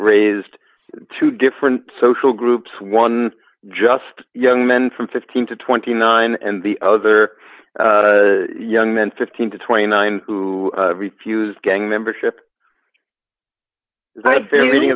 raised two different social groups one just young men from fifteen to twenty nine and the other young men fifteen to twenty nine who refused gang membership